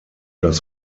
das